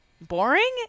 boring